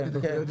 כן.